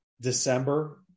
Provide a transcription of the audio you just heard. December